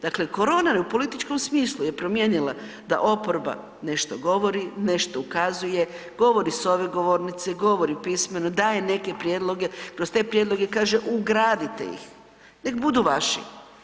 Dakle, korona u političkom smislu je promijenila da oporba nešto govori, nešto ukazuje, govori s ove govornice, govori pismeno, daje neke prijedloge, kroz te prijedloge kaže ugradite ih, nek budu vaši.